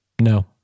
No